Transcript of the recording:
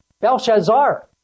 Belshazzar